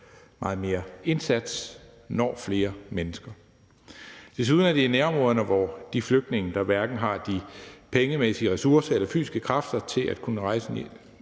meget større indsats når flere mennesker. Desuden er det i nærområderne, hvor de flygtninge, der hverken har de pengemæssige ressourcer eller fysiske kræfter til at kunne tage